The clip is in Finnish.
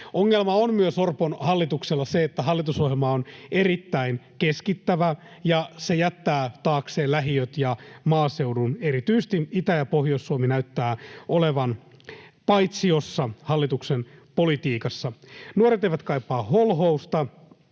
Ongelma on Orpon hallituksella myös se, että hallitusohjelma on erittäin keskittävä ja se jättää taakseen lähiöt ja maaseudun. Erityisesti Itä- ja Pohjois-Suomi näyttävät olevan paitsiossa hallituksen politiikassa. Nuoret eivät kaipaa holhousta.